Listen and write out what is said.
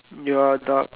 ya adopt